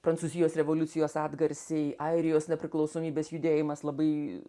prancūzijos revoliucijos atgarsiai airijos nepriklausomybės judėjimas labai